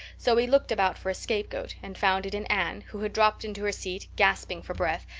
so he looked about for a scapegoat and found it in anne, who had dropped into her seat, gasping for breath,